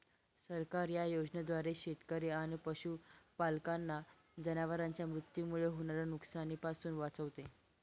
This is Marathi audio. सरकार या योजनेद्वारे शेतकरी आणि पशुपालकांना जनावरांच्या मृत्यूमुळे होणाऱ्या नुकसानीपासून वाचवते